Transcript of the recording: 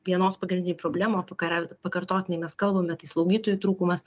vienos pagrindinių problemų apie kurią pakartotinai mes kalbam bet tai slaugytojų trūkumas